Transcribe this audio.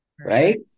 right